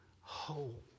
whole